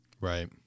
Right